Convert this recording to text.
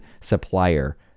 supplier